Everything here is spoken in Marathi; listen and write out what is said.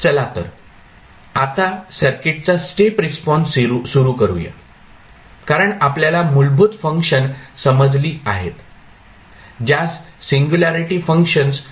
चला तर आता सर्किटचा स्टेप रिस्पॉन्स सुरू करूया कारण आपल्याला मूलभूत फंक्शन समजली आहेत ज्यास सिंगुल्यारीटी फंक्शन्स म्हणतात